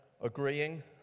agreeing